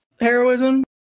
heroism